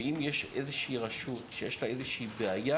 ואם יש איזושהי רשות שיש לה איזושהי בעיה